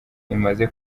imaze